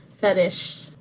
fetish